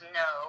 no